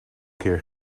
keer